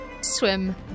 swim